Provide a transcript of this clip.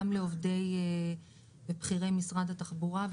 גם לבכירי משרד התחבורה.